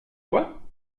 toi